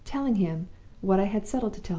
telling him what i had settled to tell him,